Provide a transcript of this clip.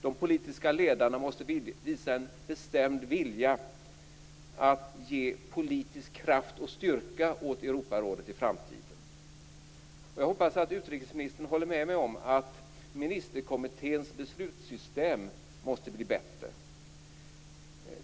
De politiska ledarna måste visa en bestämd vilja att ge politisk kraft och styrka åt Europarådet i framtiden. Jag hoppas att utrikesministern håller med mig om att ministerkommitténs beslutssystem måste bli bättre.